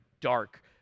dark